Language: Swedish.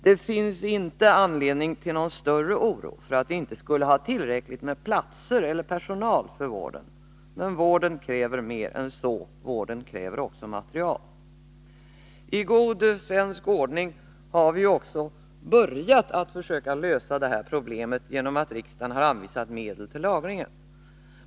Det finns inte anledning till någon större oro för att vi inte skulle ha tillräckligt med platser eller personal för vård, men vården kräver mer än så. Den kräver också materiel. I god ordning har vi nu också börjat försöka lösa detta problem genom att riksdagen har anvisat medel till lagring.